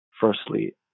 firstly